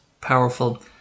powerful